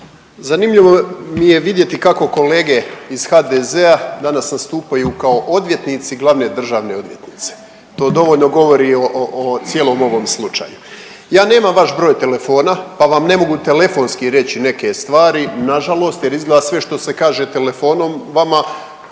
Zanimljivo mi je vidjeti kako kolege iz HDZ-a danas nastupaju kao odvjetnici glavne državne odvjetnice, to dovoljno govori o cijelom ovom slučaju. Ja nemam vaš broj telefona pa vam ne mogu telefonski reći neke stvari, nažalost jer izgleda sve što se kaže telefonom vama